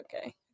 okay